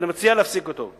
ואני מציע להפסיק אותו.